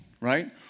right